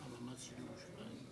זה נוסח ההצהרה: